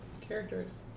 Characters